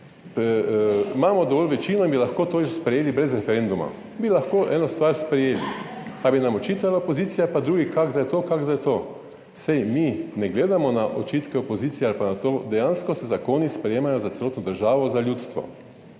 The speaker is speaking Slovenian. imamo dovolj večino in bi lahko to sprejeli brez referenduma, bi lahko eno stvar sprejeli, pa bi nam očitali opozicija pa drugi, kako je zdaj to, kako zdaj to. Saj mi ne gledamo na očitke opozicije ali pa na to, dejansko se zakoni sprejemajo za celotno državo, za ljudstvo,